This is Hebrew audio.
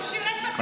אבל הוא שירת בצבא.